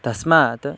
तस्मात्